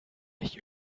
mich